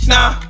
Nah